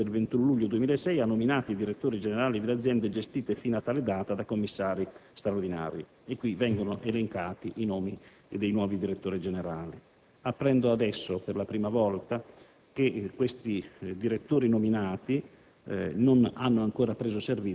e questo è sorprendente - nella seduta del 21 luglio 2006, ha nominato i direttori generali delle Aziende gestite fino a tale data dai commissari straordinari. Sono di seguito elencati i nomi dei nuovi direttori generali. Apprendo adesso, per la prima volta, che questi direttori nominati